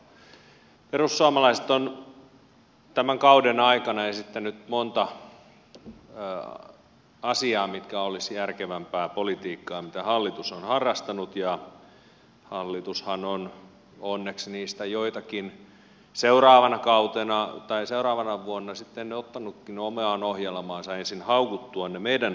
perussuomalaiset ovat tämän kauden aikana esittäneet monta asiaa mitkä olisivat järkevämpää politiikkaa mitä hallitus on harrastanut ja hallitushan on onneksi niistä joitakin seuraavana vuonna sitten ottanutkin omaan ohjelmaansa ensin haukuttuaan ne meidän ohjelmina